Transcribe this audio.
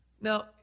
Now